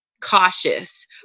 cautious